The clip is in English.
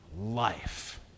life